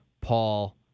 Paul